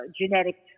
genetic